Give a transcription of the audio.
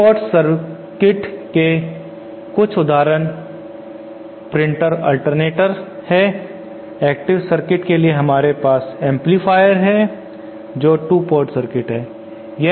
2 mark circuit के कुछ उदाहरण प्रिंटर अल्टरनेटर है और एक्टिव सर्किट के लिए हमारे पास एंपलीफायर है जो 2 पोर्ट सर्किट है